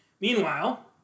Meanwhile